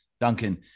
Duncan